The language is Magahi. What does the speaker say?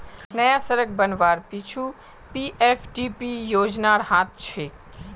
नया सड़क बनवार पीछू पीएफडीपी योजनार हाथ छेक